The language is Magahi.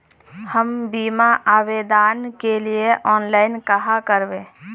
हम बीमा आवेदान के लिए ऑनलाइन कहाँ करबे?